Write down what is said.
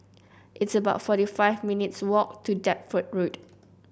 it's about forty five minutes' walk to Deptford Road